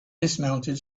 dismounted